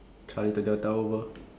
Charlie to delta over